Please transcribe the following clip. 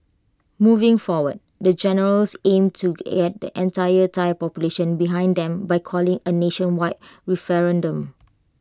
moving forward the generals aim to get the entire Thai population behind them by calling A nationwide referendum